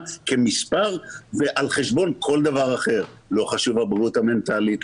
כמספר על חשבון כל דבר אחר לא חשובה הבריאות המנטלית,